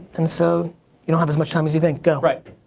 and so, you don't have as much time as you think, go. right.